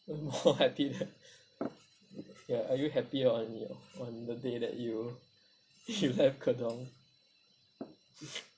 mm !wah! I did eh ya are you happy on your on the day that you you left gedong